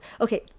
Okay